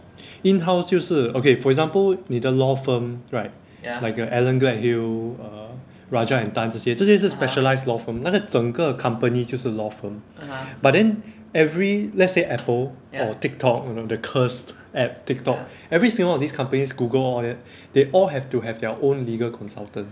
in house 就是 okay for example 你的 law firm right like uh Allen Gledhill err Rajah&Tann 这些这些是 specialised law firm 那个整个 company 就是 law firm but then every let's say Apple or Tik Tok you know the cursed app Tik Tok every single one of these companies Google all that they all have to have their own legal consultant